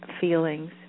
feelings